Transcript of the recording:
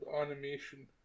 Animation